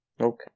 Okay